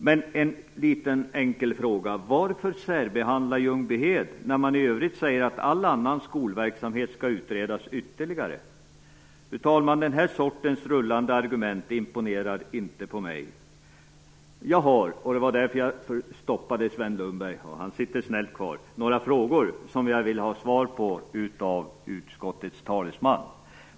Men en liten enkel fråga: Varför särbehandla Ljungbyhed när man i övrigt säger att all annan skolverksamhet skall utredas ytterligare? Fru talman! Den här sortens rullande argument imponerar inte på mig. Jag har några frågor till utskottets talesman Sven Lundberg, som snällt sitter kvar här i kammaren, vilka jag vill ha svar på.